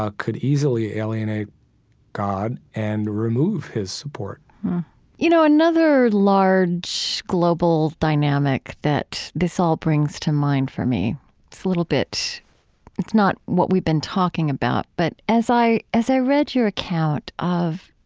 ah could easily alienate god and remove his support you know, another large global dynamic that this all brings to mind for me, this little bit it's not what we've been talking about, but as i as i read your account of,